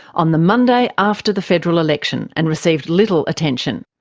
on the monday after the federal election, and received little attention.